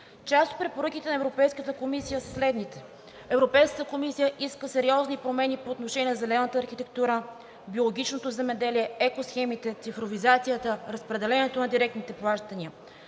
Част от препоръките на Европейската комисия са следните: Европейската комисия иска сериозни промени по отношение на зелената архитектура, биологичното земеделие, екосхемите, цифровизацията, разпределението на директните плащания.